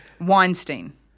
Weinstein